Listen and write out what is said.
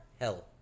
hell